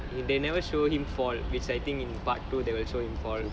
if they never show him for fall which I think in part two they will show him fall